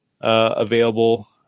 available